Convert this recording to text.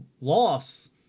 loss